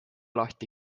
lahti